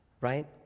right